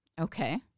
Okay